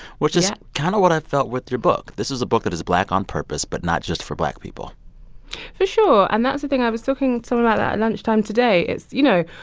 which is kind of what i felt with your book. this is a book that is black on purpose, but not just for black people for sure. and that's the thing i was talking to someone about that at lunchtime today. it's you know,